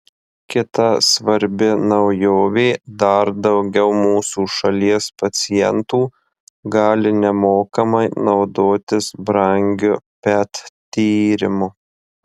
kita svarbi naujovė dar daugiau mūsų šalies pacientų gali nemokamai naudotis brangiu pet tyrimu